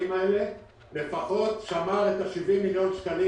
האלה לפחות שמר את ה-70 מיליון שקלים,